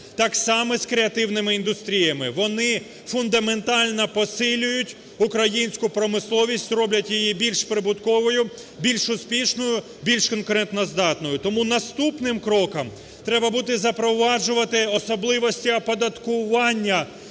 Так само з креативними індустріями. Вони фундаментально посилюють українську промисловість, роблять її більш прибутковою, більш успішною, більш конкурентоздатною. Тому наступним кроком треба буде запроваджувати особливості оподаткування